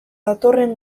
datorren